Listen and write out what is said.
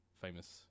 famous